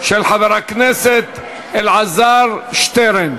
של חבר הכנסת שטרן